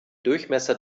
durchmesser